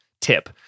tip